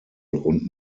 und